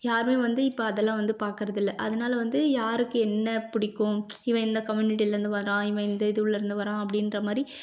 யாருமே வந்து இப்போ அதெல்லாம் வந்து பார்க்கறதில்ல அதனால் வந்து யாருக்கு என்ன பிடிக்கும் இவன் இந்த கம்யூனிட்டியிலருந்து வரான் இவன் இந்த இது உள்ளேருந்து வரான் அப்படின்ற மாதிரி